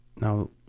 Now